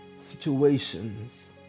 situations